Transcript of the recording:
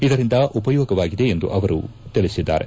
ಇದರಿಂದ ಉಪಯೋಗವಾಗಿದೆ ಎಂದು ಅವರು ತಿಳಿಸಿದ್ದಾರೆ